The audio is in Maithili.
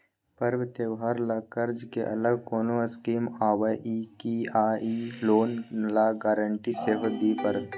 पर्व त्योहार ल कर्ज के अलग कोनो स्कीम आबै इ की आ इ लोन ल गारंटी सेहो दिए परतै?